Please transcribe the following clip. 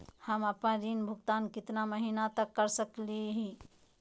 हम आपन ऋण भुगतान कितना महीना तक कर सक ही?